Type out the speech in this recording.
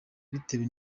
bitewe